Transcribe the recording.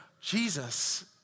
Jesus